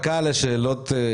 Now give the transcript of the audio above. שנה וזה לא בבסיס התקציב.